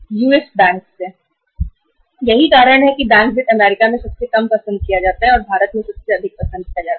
इसलिए अमेरिका में बैंक वित्त सबसे कम पसंद किया जाता है और भारत में सबसे अधिक पसंद किया जाता है